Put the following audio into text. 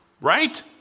Right